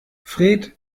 fred